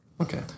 Okay